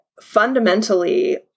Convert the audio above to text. Fundamentally